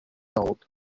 old